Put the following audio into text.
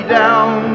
down